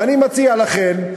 ואני מציע לכם,